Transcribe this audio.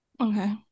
Okay